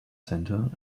centre